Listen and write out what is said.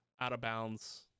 out-of-bounds